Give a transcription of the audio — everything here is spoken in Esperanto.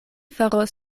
faros